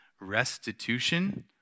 restitution